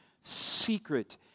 secret